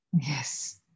yes